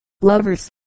Lovers